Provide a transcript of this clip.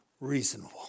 reasonable